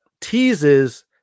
teases